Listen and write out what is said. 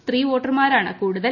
സ്ത്രീവോട്ടർമാരാണ് കൂടുതൽ